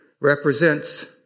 represents